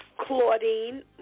Claudine